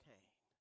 Cain